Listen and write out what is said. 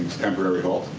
temporary halt.